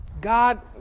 God